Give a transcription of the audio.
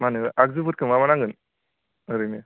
मा होनो आगजुफोरखौ मा मा नांगोन ओरैनो